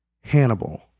Hannibal